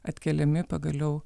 atkeliami pagaliau